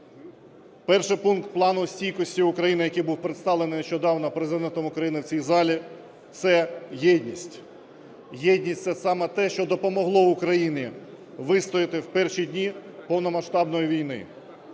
Перший пункт Плану стійкості України, який був представлений нещодавно Президентом України в цій залі, – це єдність. Єдність – це саме те, що допомогло Україні вистояти в перші дні повномасштабної війни.